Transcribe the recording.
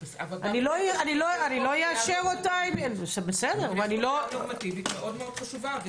אבל כן יש פה אמירה נורמטיבית מאוד חשובה.